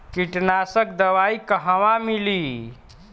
कीटनाशक दवाई कहवा मिली?